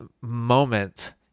moment